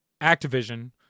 activision